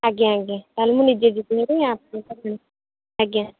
ଆଜ୍ଞା ଆଜ୍ଞା ମୁଁ ନିଜେ ଯିବି ଆଣିବି ଆଜ୍ଞା